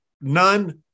none